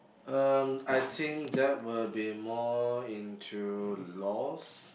um I think that will be more into laws